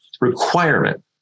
requirement